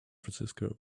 francisco